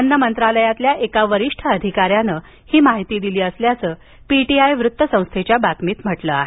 अन्न मंत्रालयातील एका वरिष्ठ अधिकाऱ्यानं ही माहिती दिली असल्याचं पीटीआय वृत्तसंस्थेच्या बातमीत म्हटलं आहे